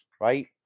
right